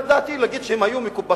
לדעתי, להגיד שהם היו מקופחים?